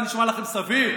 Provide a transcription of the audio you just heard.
זה נשמע לכם סביר?